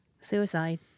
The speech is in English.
suicide